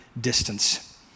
distance